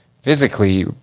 physically